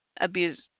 abuse